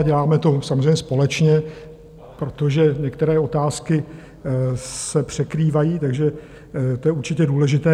Děláme to samozřejmě společně, protože některé otázky se překrývají, takže to je určitě důležité.